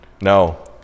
No